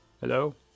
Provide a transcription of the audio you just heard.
hello